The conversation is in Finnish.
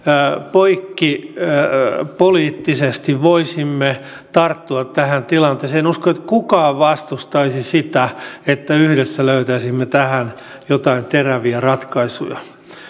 poikkipoliittisesti voisimme tarttua tähän tilanteeseen en usko että kukaan vastustaisi sitä että yhdessä löytäisimme tähän jotain teräviä ratkaisuja